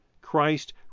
Christ